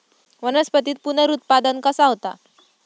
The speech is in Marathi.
वनस्पतीत पुनरुत्पादन कसा होता?